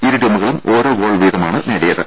ഇരു ടീമുകളും ഓരോ ഗോൾ വീതമാണ് നേടിയത്